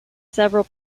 several